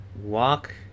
walk